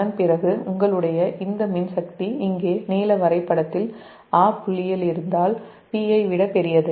அதன்பிறகு உங்களுடைய இந்த மின்சக்தி இங்கே நீல வரைபடத்தில் 'A' புள்ளியில் இருந்தால் Pi விட பெரியது